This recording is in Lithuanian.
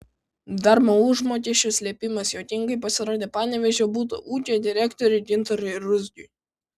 darbo užmokesčio slėpimas juokingai pasirodė panevėžio butų ūkio direktoriui gintarui ruzgiui